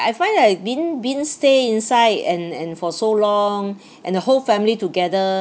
I find that being being stay inside and and for so long and the whole family together